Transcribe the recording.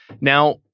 Now